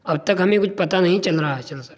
اب تک ہمیں کچھ پتہ نہیں چل رہا ہے اچھے سے